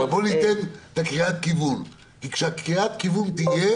אבל ניתן כאן קריאת כיוון כדי שהפקידים